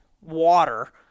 water